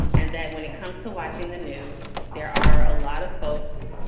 and that when it comes to watching the news, there are a lot of folks.